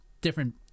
different